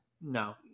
No